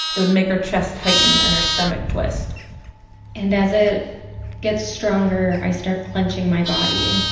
it would make her chest tighten and her stomach twist and as it gets stronger, i start clenching my body.